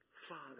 Father